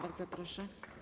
Bardzo proszę.